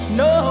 no